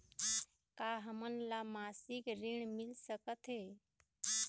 का हमन ला मासिक ऋण मिल सकथे?